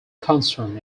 concern